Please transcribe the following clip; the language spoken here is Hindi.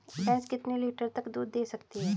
भैंस कितने लीटर तक दूध दे सकती है?